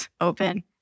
open